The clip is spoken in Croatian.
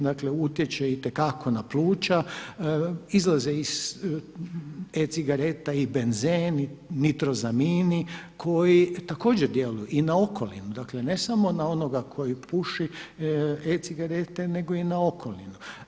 Dakle, utječe itekako na pluća, izlaze iz e-cigareta i benzen i nitrozamini koji također djeluju i na okolinu, dakle ne samo na onoga koji puši e-cigarete nego i na okolinu.